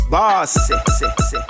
Boss